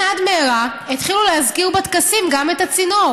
עד מהרה התחילו להזכיר בטקסים גם את הצינור